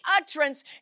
utterance